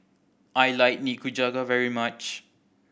I like Nikujaga very much